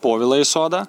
povilą isodą